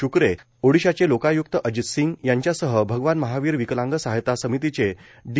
श्क्रे ओडिशाचे लोकाय्क्त अजित सिंग यांच्यासह भगवान महावीर विकलांग सहायता समितीचे डी